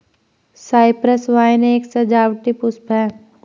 Cyprus vine एक सजावटी पुष्प है